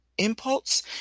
impulse